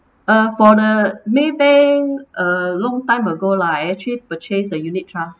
uh for the maybank a long time ago lah actually purchased the unit trust